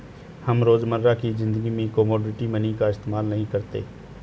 हम रोजमर्रा की ज़िंदगी में कोमोडिटी मनी का इस्तेमाल नहीं करते